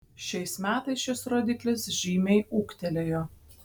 šiais metais šis rodiklis žymiai ūgtelėjo